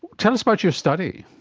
tell us about your study.